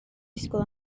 disgwyl